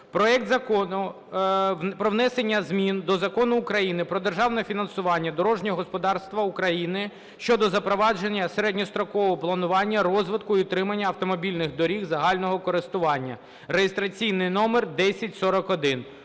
проект Закону про внесення змін до Закону України "Про джерела фінансування дорожнього господарства України" (щодо запровадження середньострокового планування розвитку і утримання автомобільних доріг загального користування), (реєстраційний номер 1041).